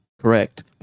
Correct